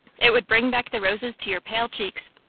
it would bring back the roses to your pale cheeks.